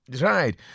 Right